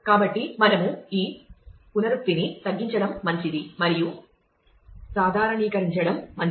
కాబట్టి మనము ఈ పునరుక్తిని తగ్గించడం మంచిది మరియు సాధారణీకరించడం మంచిది